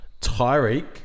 Tyreek